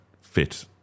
fit